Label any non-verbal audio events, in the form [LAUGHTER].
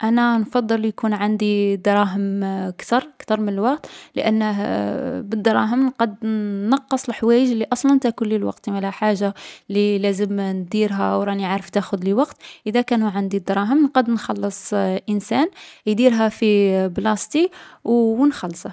أنا نفضّل يكون عندي الدراهم كثر، كثر من الوقت، لأنه [HESITATION] بالدراهم نقد نـ نقّص الحوايج لي أصلا تاكلي الوقت، تسمالا الحاجة لي لازم نديرها و راني عارفة تاخذلي وقت، إذا كانو عندي الدراهم نقد نخلّص إنسان يديرها في [HESITATION] بلاصتي، و [HESITATION] نخلّصه.